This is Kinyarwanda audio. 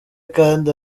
kandi